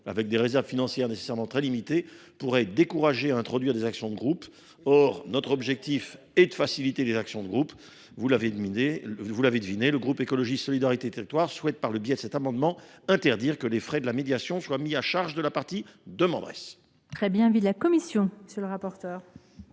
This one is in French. de réserves financières très limitées, pourraient se trouver dissuadées d’introduire des actions de groupe. Or notre objectif est de faciliter les actions de groupe. Vous l’aurez deviné, mes chers collègues : le groupe Écologiste – Solidarité et Territoires souhaite, par le biais de cet amendement, interdire que les frais de la médiation soient mis à la charge de la partie demanderesse.